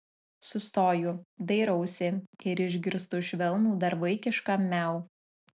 sustoju dairausi ir išgirstu švelnų dar vaikišką miau